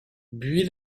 buis